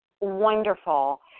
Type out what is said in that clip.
wonderful